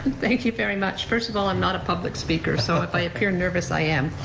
thank you very much. first of all, i'm not a public speaker, so if i appear nervous, i am.